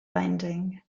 binding